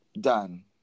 done